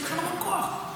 יש לכם המון כוח,